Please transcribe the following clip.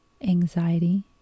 anxiety